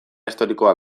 historikoa